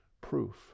proof